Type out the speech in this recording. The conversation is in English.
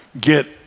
get